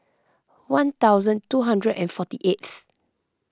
one thousand two hundred and forty eighth